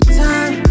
time